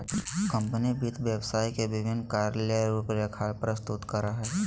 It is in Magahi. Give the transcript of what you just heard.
कंपनी वित्त व्यवसाय के विभिन्न कार्य ले रूपरेखा प्रस्तुत करय हइ